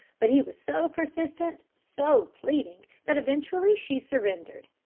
but he was so persistent, so pleading, that eventually she surrendered.